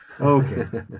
Okay